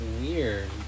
weird